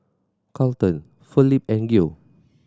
Carlton Felipe and Geo